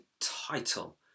title